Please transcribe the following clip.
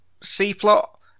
C-plot